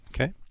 Okay